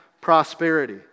prosperity